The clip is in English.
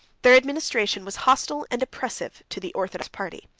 their administration was hostile and oppressive to the orthodox party.